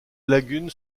lagune